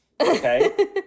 Okay